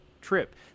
trip